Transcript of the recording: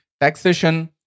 taxation